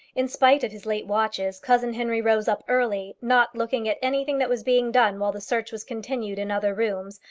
in spite of his late watches, cousin henry rose up early, not looking at anything that was being done while the search was continued in other rooms,